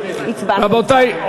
רבותי,